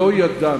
לא ידענו.